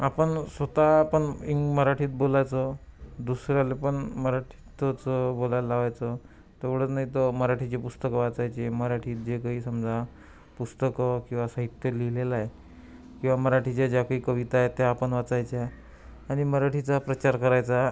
आपण स्वतः पण इंग मराठीत बोलायचं दुसऱ्याला पण मराठीतच बोलायला लावायचं तेवढंच नाही तर मराठीची पुस्तकं वाचायची मराठीत जे काही समजा पुस्तकं किंवा साहित्य लिहिलेलं आहे किंवा मराठीच्या ज्या काही कविता आहेत त्या आपण वाचायच्या आणि मराठीचा प्रचार करायचा